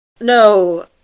No